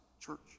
church